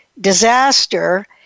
disaster